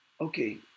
Okay